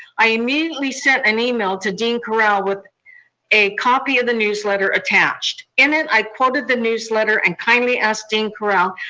i immediately sent an email to dean currell with a copy of the newsletter attached. in it i quoted the newsletter and kindly asked dean currell,